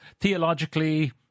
theologically